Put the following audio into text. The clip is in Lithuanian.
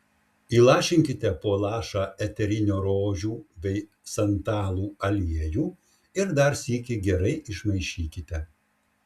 įlašinkite po lašą eterinio rožių bei santalų aliejų ir dar sykį gerai išmaišykite